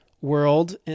world